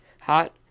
hot